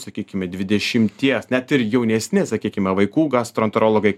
sakykime dvidešimties net ir jaunesni sakykime vaikų gastroenterologai